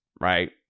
right